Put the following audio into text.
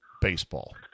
baseball